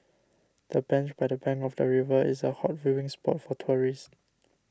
the bench by the bank of the river is a hot viewing spot for tourists